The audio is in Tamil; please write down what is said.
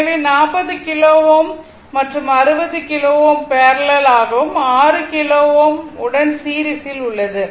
எனவே 40 கிலோ Ω மற்றும் 60 கிலோ Ω பேரலல் ஆகவும் 6 கிலோ Ω உடன் சீரிஸில் உள்ளது